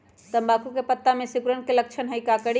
तम्बाकू के पत्ता में सिकुड़न के लक्षण हई का करी?